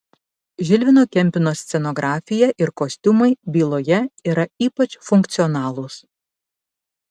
žilvino kempino scenografija ir kostiumai byloje yra ypač funkcionalūs